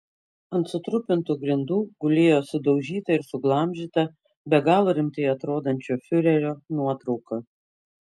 ant sutrupintų grindų gulėjo sudaužyta ir suglamžyta be galo rimtai atrodančio fiurerio nuotrauka